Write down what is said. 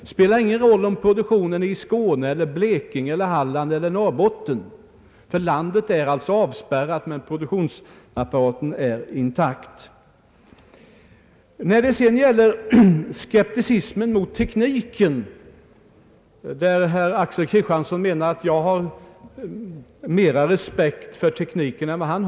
Det spelar ingen roll om produktionen är i Skåne, Blekinge, Halland eller Norrbotten, ty landet är alltså avspärrat men produktionsapparaten är intakt. När det sedan gäller skepticismen mot tekniken så menar herr Kristiansson att jag har mera respekt för tekniken än han har.